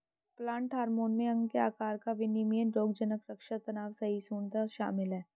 plant hormone में अंग के आकार का विनियमन रोगज़नक़ रक्षा तनाव सहिष्णुता शामिल है